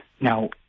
Now